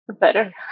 better